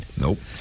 Nope